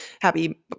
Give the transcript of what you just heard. Happy –